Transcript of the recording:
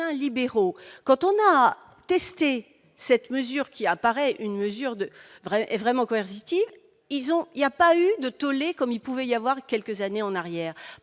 libéraux, quand on a testé cette mesure qui apparaît, une mesure de vraies vraiment colère City, ils ont, il y a pas eu de tollé comme il pouvait y avoir quelques années en arrière,